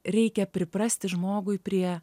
reikia priprasti žmogui prie